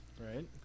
Right